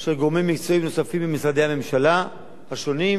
של גורמים מקצועיים נוספים ממשרדי הממשלה השונים,